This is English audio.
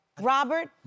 Robert